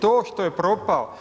To što je propao?